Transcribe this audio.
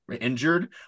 injured